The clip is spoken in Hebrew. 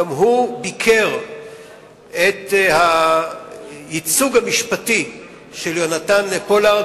ביקר גם הוא את הייצוג המשפטי של יהונתן פולארד,